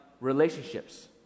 relationships